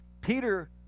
Peter